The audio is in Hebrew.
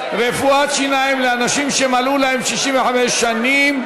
רפואת שיניים לאנשים שמלאו להם 65 שנים),